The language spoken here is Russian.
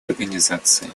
организации